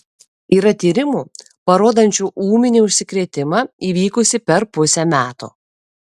yra tyrimų parodančių ūminį užsikrėtimą įvykusį per pusę metų